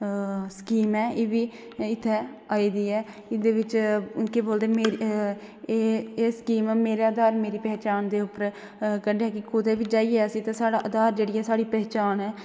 scheme ऐ ए बी इत्थै आई दी ऐ एहदे बिच केह् बोलदे एह् स्कीम मेरे आधार मेरी पहचान उप्पर कड्ढेआ हा कि कुदे बी जाइयै अस ते साढ़ा आधार जेहड़ी ऐ साढ़ी पहचान ऐ